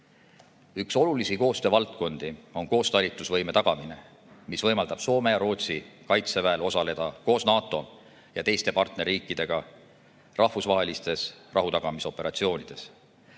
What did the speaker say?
Üks olulisi koostöövaldkondi on koostalitusvõime tagamine, mis võimaldab Soome ja Rootsi kaitseväel osaleda koos NATO ja teiste partnerriikidega rahvusvahelistes rahutagamisoperatsioonides.